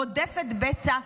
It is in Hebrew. רודפת בצע,